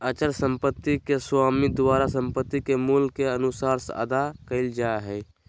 अचल संपत्ति के स्वामी द्वारा संपत्ति के मूल्य के अनुसार अदा कइल जा हइ